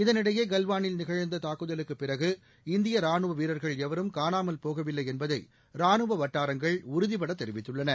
இதனிடையே கல்வாளில் நிகழ்ந்த தாக்குதலுக்குப் பிறகு இந்திய ரானுவ வீரர்கள் எவரும் காணாமல் போகவில்லை என்பதை ரானுவ வட்டாரங்கள் உறுதிபட தெரிவித்துள்ளன